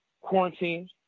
quarantine